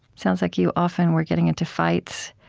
sounds like you often were getting into fights,